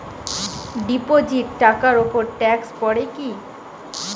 Deposit টাকার উপর tax পড়ে কি?